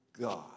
God